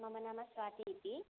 मम नाम स्वाती इति